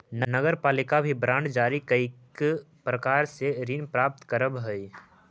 नगरपालिका भी बांड जारी कईक प्रकार से ऋण प्राप्त करऽ हई